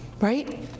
Right